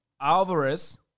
Alvarez